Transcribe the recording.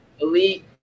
Elite